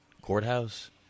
courthouse